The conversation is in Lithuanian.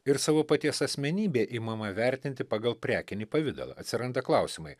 ir savo paties asmenybė imama vertinti pagal prekinį pavidalą atsiranda klausimai